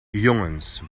jongens